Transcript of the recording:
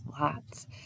lots